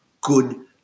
good